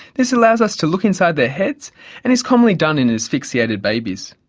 this allows us to look inside their heads and is commonly done in asphyxiated babies.